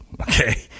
okay